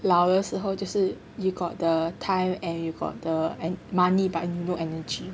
老的时候就是 you got the time and you got the and money but you no energy